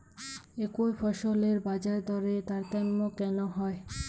একই ফসলের বাজারদরে তারতম্য কেন হয়?